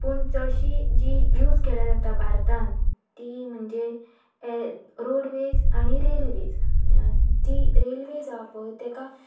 पूण चडशी जी यूज केल्या जाता भारतान ती म्हणजे एर रोडवेज आनी रेल्वेज जी रेल्वे आसा पळय ताका